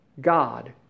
God